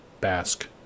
Basque